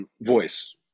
voice